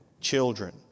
children